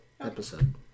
episode